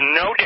no